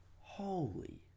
Holy